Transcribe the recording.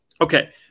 Okay